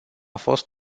fost